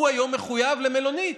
הוא היום מחויב למלונית,